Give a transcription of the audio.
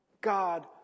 God